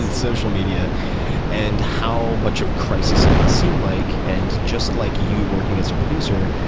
and social media and how much of a crisis it can seem like. and just like you working as a producer,